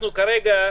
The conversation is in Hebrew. כרגע,